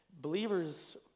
believers